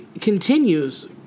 continues